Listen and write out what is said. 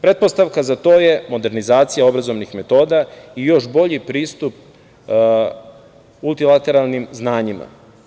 Pretpostavka za to je modernizacija obrazovnih metoda i još bolji pristup multilateralnim znanjima.